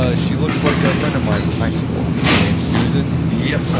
ah she looks like a friend of mine from high school. is her name susan? yep.